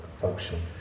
function